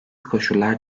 koşullar